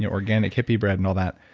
yeah organic, hippy bread and all that.